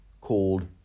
called